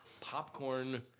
popcorn